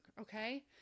Okay